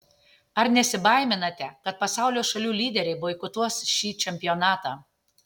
ar nesibaiminate kad pasaulio šalių lyderiai boikotuos šį čempionatą